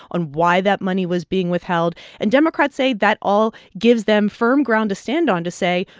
on why that money was being withheld. and democrats say that all gives them firm ground to stand on to say,